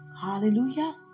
Hallelujah